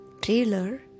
trailer